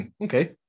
okay